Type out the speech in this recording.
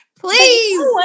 please